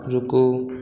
रुकू